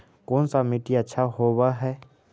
कोन सा मिट्टी अच्छा होबहय?